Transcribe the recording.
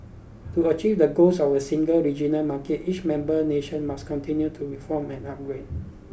to achieve the goals of a single regional market each member nation must continue to reform and upgrade